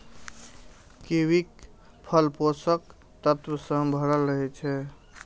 कीवीक फल पोषक तत्व सं भरल रहै छै